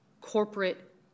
corporate